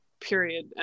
period